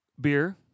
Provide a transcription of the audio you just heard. beer